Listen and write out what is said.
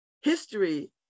history